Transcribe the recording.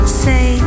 say